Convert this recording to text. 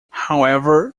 however